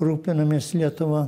rūpinomės lietuva